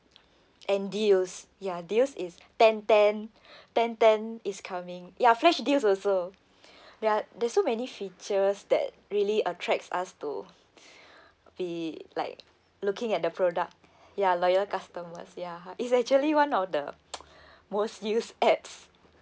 and deals ya deals is ten ten ten ten is coming ya flash deals also there are there's so many features that really attracts us to be like looking at the product ya loyal customers ya it's actually one of the most used ads